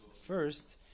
First